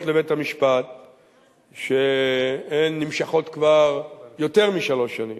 לבית-המשפט שנמשכות כבר יותר משלוש שנים: